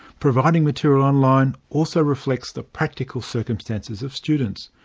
providing material online also reflects the practical circumstances of students.